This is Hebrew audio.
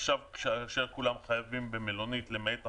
עכשיו, כשכולם חייבים במלונית למעט החריגים,